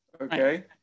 okay